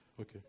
Okay